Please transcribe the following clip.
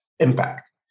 impact